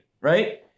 right